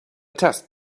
test